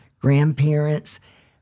grandparents